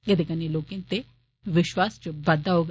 एह्दे कन्नै लोके दे विश्वास च बाद्दा होग